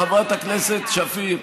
חברת הכנסת שפיר,